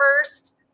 first